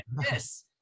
yes